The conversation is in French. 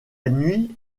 nuit